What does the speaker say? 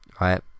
right